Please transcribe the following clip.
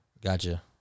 gotcha